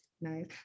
nice